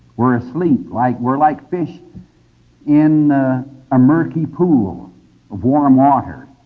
we are asleep. like we are like fish in a murky pool of warm water.